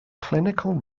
clinical